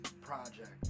project